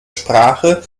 sprache